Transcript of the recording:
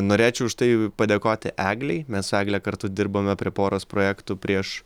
norėčiau už tai padėkoti eglei mes egle kartu dirbome prie poros projektų prieš